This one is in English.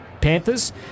Panthers